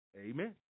Amen